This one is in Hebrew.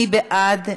מי בעד?